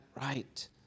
right